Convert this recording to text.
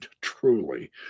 truly